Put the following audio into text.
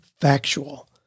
factual